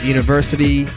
University